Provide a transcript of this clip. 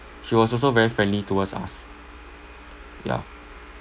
she was also very friendly towards us yeah